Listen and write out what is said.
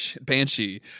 Banshee